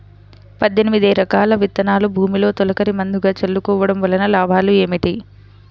పద్దెనిమిది రకాల విత్తనాలు భూమిలో తొలకరి ముందుగా చల్లుకోవటం వలన లాభాలు ఏమిటి?